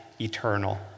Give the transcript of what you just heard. eternal